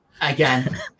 Again